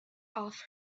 off